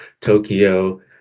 Tokyo